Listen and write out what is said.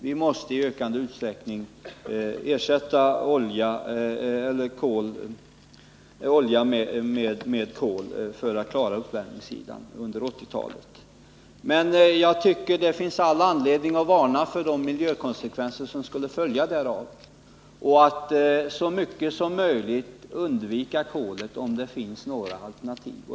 Vi måste i ökande utsträckning ersätta oljan med kol för att klara uppvärmningen under 1980-talet. Men det finns all anledning att varna för miljökonsekvenserna därav. Vi bör så mycket som möjligt undvika kolet, om det finns några alternativ.